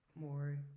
more